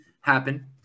happen